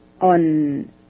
on